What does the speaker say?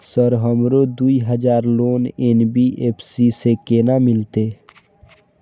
Sir हमरो दूय हजार लोन एन.बी.एफ.सी से केना मिलते?